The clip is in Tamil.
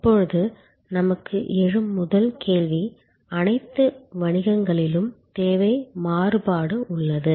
இப்போது நமக்கு எழும் முதல் கேள்வி அனைத்து வணிகங்களிலும் தேவை மாறுபாடு உள்ளது